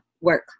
work